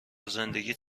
زندگیت